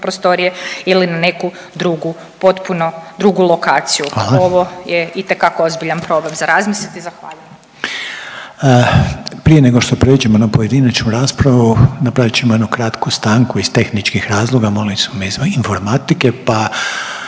prostorije ili na neku drugu, potpuno drugu lokaciju…/Upadica Reiner: Hvala/…ovo je itekako ozbiljan problem za razmisliti i zahvaljujem. **Reiner, Željko (HDZ)** Prije nego što pređemo na pojedinačnu raspravu napravit ćemo jednu kratku stanku iz tehničkih razloga, molili su me iz informatike, pa